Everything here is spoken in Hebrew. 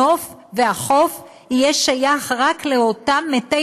הנוף והחוף יהיו שייכים רק לאותם מתי